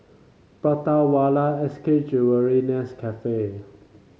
Prata Wala S K Jewellery Nescafe